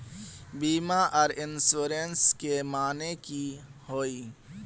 बीमा आर इंश्योरेंस के माने की होय?